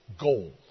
goal